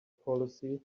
policy